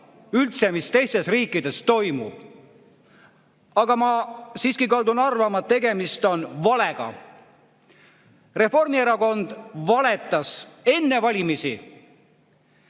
üldse, mis teistes riikides toimub. Aga ma siiski kaldun arvama, et tegemist on valega. Reformierakond valetas enne valimisi,